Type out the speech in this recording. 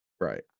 Right